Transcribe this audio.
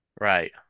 Right